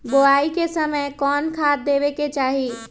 बोआई के समय कौन खाद देवे के चाही?